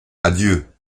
adieu